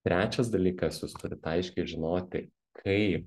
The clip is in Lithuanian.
trečias dalykas jūs turit aiškiai žinoti kai